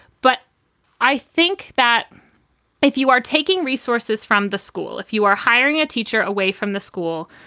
but i think that if you are taking resources from the school, if you are hiring a teacher away from the school,